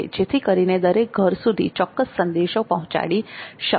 જેથી કરીને દરેક ઘર સુધી ચોક્કસ સંદેશો પહોંચાડી શકાય